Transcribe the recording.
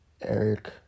Eric